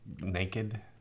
naked